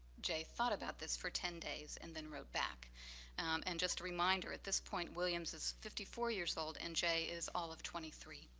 jay thought about this for ten days and then wrote back and just a reminder, at this point, williams is fifty four years old and jay is all of twenty three.